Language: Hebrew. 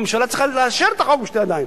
הממשלה צריכה לאשר את החוק בשתי ידיים.